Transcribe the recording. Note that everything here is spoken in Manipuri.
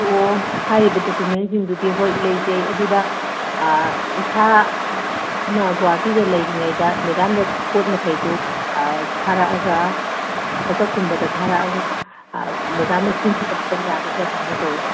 ꯑꯣ ꯍꯥꯏꯔꯤꯕ ꯗꯣꯀꯨꯃꯦꯟꯁꯤꯡꯗꯨꯗꯤ ꯍꯣꯏ ꯂꯩꯖꯩ ꯑꯗꯨꯗ ꯏꯁꯥꯅ ꯒꯨꯍꯥꯇꯤꯗ ꯂꯩꯔꯤꯉꯩꯗ ꯃꯦꯗꯥꯝꯗ ꯄꯣꯠ ꯃꯈꯩꯗꯨ ꯊꯥꯔꯛꯑꯒ ꯋꯥꯠꯆꯞꯀꯨꯝꯕꯗ ꯊꯥꯔꯛꯑꯒ ꯃꯦꯗꯥꯝꯅ ꯁꯤꯟꯕꯤꯔꯛꯄ ꯌꯥꯒꯗ꯭ꯔꯥ ꯀꯃꯥꯏꯅ ꯇꯧꯋꯤ